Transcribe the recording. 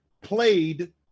played